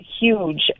Huge